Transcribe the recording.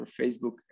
Facebook